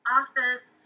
office